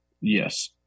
Yes